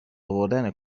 آوردن